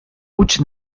huts